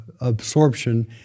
absorption